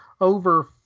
over